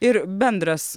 ir bendras